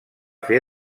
fer